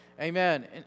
Amen